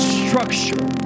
structure